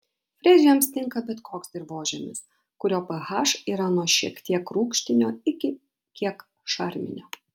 frezijoms tinka bet koks dirvožemis kurio ph yra nuo šiek tiek rūgštinio iki kiek šarminio